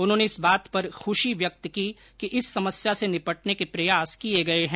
उन्होंने इस बात पर ख्रशी व्यक्त कि इस समस्या से निपटने के प्रयास किए गये हैं